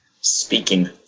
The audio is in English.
Speaking